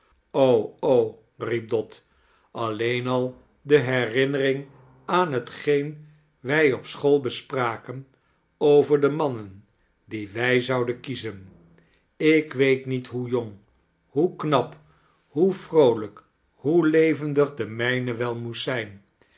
riep dot alleem al de herinnering aan hetgeen wij op school bespraken over de mannen die wij zouden kiezen ik weet niet hoe jong hoe knap hoe vroolijk hoe levendig f de mijne wel moest zijn